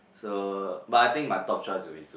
so but I think my top choice will be